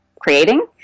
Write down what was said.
creating